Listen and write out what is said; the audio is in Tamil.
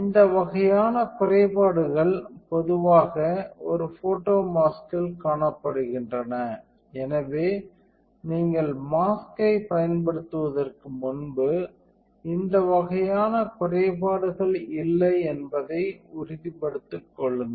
இந்த வகையான குறைபாடுகள் பொதுவாக ஒரு ஃபோட்டோமாஸ்கில் காணப்படுகின்றன எனவே நீங்கள் மாஸ்க்கை பயன்படுத்துவதற்கு முன்பு இந்த வகையான குறைபாடுகள் இல்லை என்பதை உறுதிப்படுத்திக் கொள்ளுங்கள்